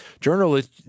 Journalist